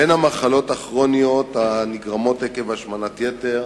בין המחלות הכרוניות הנגרמות עקב השמנת יתר